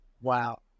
Wow